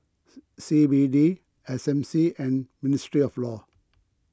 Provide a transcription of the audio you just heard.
C B D S M C and ministry of law